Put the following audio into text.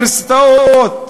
באוניברסיטאות,